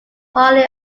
holy